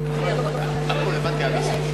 בארץ-ישראל, מכל החוגים ומכל העדות,